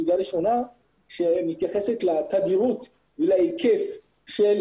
סוגיה הראשונה שמתייחסת לתדירות ולהיקף של